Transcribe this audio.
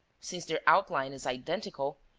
since their outline is identical,